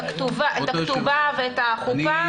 את הכתובה ואת החופה,